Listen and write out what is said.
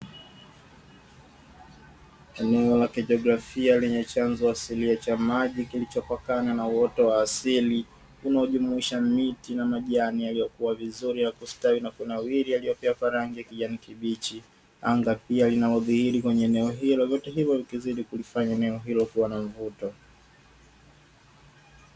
Eneo la kijeografia lenye chanzo asilia cha maji kilichopakana na uoto wa asili unaojumuisha miti na majani, yaliyokuwa vizuri na kustawi na kunawiri yaliyopea kwa rangi ya kijani kibichi, anga pia linalodhihiri kwenye eneo hilo vyote hivyo vikizidi kulifanya eneo hilo kuwa na mvuto.